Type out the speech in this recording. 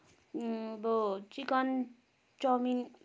अब chicken chowmein